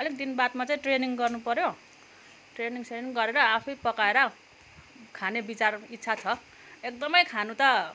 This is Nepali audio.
अलिक दिन बादमा चाहिँ ट्रेनिङ गर्नुपऱ्यो ट्रेनिङ सेनिङ गरेर आफै पकाएर खाने विचार इच्छा छ एकदमै खानु त